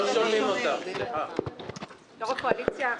איזה קואליציה?